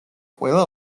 ყველა